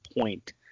point